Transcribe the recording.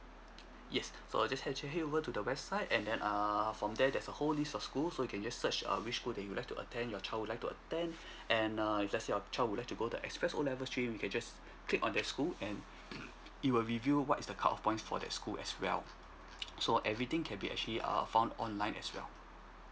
yes so just have to head over to the website and then err from there there's a whole list of school so you can just search err which school that you would like to attend your child would like to attend and err if let's say your child would like to go the express O level straightway you can just click on that school and it will give you what is the cut off points for that school as well so everything can be actually err found online as well